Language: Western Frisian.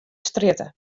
strjitte